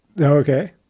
Okay